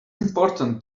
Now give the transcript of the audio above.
important